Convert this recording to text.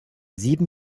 sieben